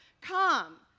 Come